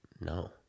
No